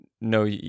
no